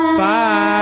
Bye